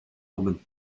woman